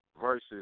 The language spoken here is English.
versus